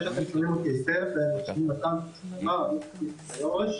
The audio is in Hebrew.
שמי מתן סולומש,